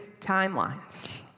timelines